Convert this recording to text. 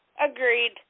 Agreed